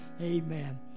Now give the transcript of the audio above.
Amen